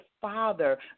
father